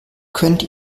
könnt